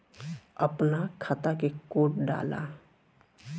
अपना खाता के कोड डाला